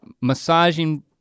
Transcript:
massaging